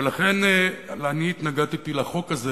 אני התנגדתי לחוק הזה